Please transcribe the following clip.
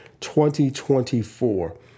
2024